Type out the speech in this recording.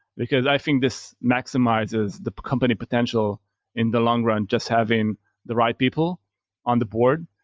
because i think this maximizes the company potential in the long run just having the right people on the board.